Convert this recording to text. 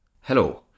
Hello